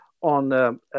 on